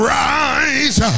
rise